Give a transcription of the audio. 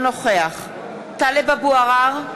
אינו נוכח טלב אבו עראר,